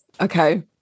okay